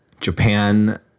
Japan